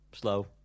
slow